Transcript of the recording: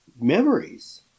memories